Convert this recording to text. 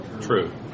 True